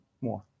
more